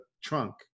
trunk